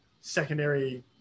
secondary